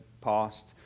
past